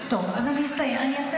לא, אין בעיה, אני רק עוזר לכם.